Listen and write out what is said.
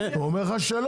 לא, אני אומר לך שלא.